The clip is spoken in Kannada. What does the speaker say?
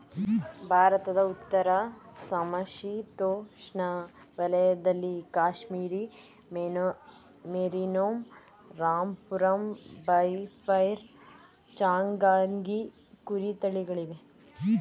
ಭಾರತದ ಉತ್ತರ ಸಮಶೀತೋಷ್ಣ ವಲಯದಲ್ಲಿ ಕಾಶ್ಮೀರಿ ಮೇರಿನೋ, ರಾಂಪುರ ಬಫೈರ್, ಚಾಂಗ್ತಂಗಿ ಕುರಿ ತಳಿಗಳಿವೆ